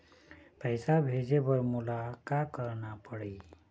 पैसा भेजे बर मोला का करना पड़ही?